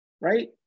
right